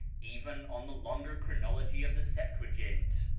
even on the longer chronology of the septuagint.